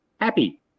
happy